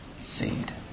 seed